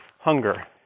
hunger